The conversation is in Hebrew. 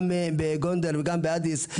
גם בגונדר וגם באדיס,